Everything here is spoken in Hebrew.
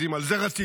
אז אם על זה רצית,